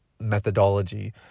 methodology